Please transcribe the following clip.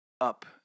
up